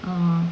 orh